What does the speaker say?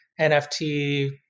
NFT